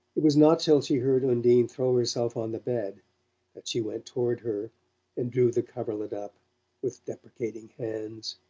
it was not till she heard undine throw herself on the bed that she went toward her and drew the coverlet up with deprecating hands.